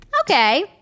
Okay